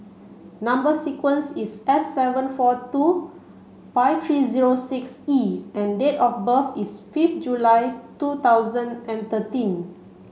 number sequence is S seven four two five three zero six E and date of birth is fifth July two thousand and thirteen